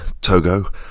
Togo